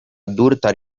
durtar